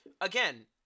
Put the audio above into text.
Again